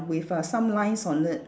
with uh some lines on it